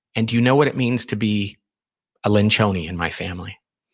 and do you know what it means to be a lencioni in my family?